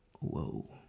Whoa